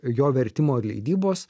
jo vertimo ir leidybos